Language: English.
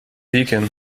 deacon